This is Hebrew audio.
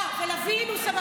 אה, ולוין הוא סבבה?